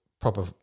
proper